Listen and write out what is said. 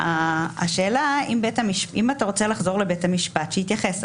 השאלה אם אתה רוצה לחזור לבית המשפט שיתייחס,